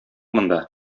монда